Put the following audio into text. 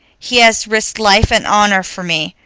he has risked life and honor for me.